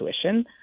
tuition